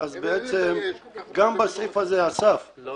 אז בעצם גם בסעיף הזה, אסף --- אם